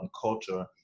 culture